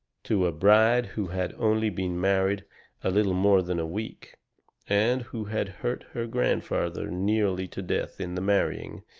to a bride who had only been married a little more than a week and who had hurt her grandfather nearly to death in the marrying,